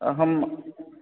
अहं